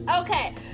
Okay